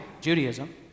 Judaism